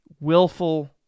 willful